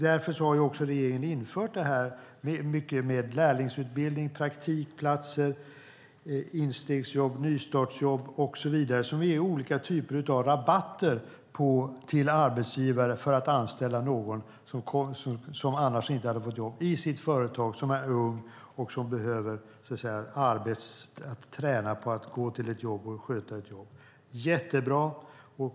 Därför har också regeringen infört lärlingsutbildning, praktikplatser, instegsjobb, nystartsjobb och så vidare som är olika typer av rabatter till arbetsgivare för att anställa någon i sitt företag som annars inte hade fått jobb, någon som är ung och som behöver träna på att gå till ett jobb och sköta ett jobb. Jättebra!